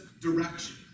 direction